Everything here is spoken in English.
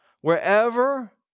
Wherever